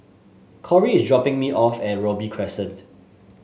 Corry is dropping me off at Robey Crescent